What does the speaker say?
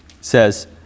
says